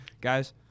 Guys